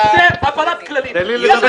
זה הפרת כללים.